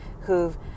who've